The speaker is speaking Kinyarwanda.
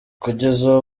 kugeza